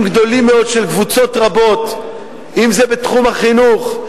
גדולים מאוד של קבוצות רבות אם בתחום החינוך,